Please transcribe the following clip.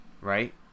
Right